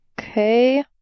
Okay